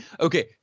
Okay